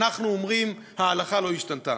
אנחנו אומרים: ההלכה לא השתנה.